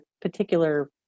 particular